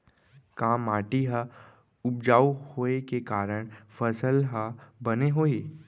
का माटी हा कम उपजाऊ होये के कारण फसल हा बने होही?